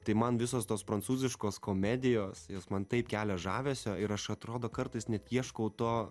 tai man visos tos prancūziškos komedijos jos man taip kelia žavesio ir aš atrodo kartais net ieškau to